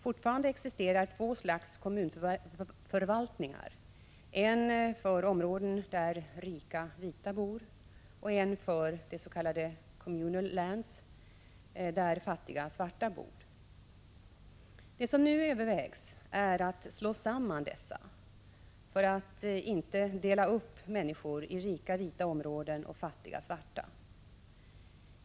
Fortfarande existerar två slags kommunförvaltningar, en för områden där rika vita bor och en — de s.k. ”communal lands” — där fattiga svarta bor. Det som nu övervägs är att slå samman dessa, så att det inte sker en uppdelning av människor i rika vita områden och fattiga svarta.